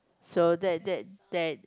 so that that that